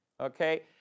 Okay